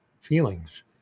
feelings